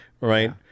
right